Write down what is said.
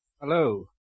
Hello